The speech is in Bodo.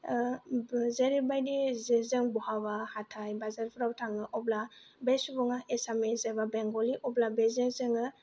जेरैबायदि जों बहाबा हाथाइ बाजारफ्राव थाङो अब्ला बे सुबुङा आसामिस एबा बेंगलि अब्ला बेजों जोङो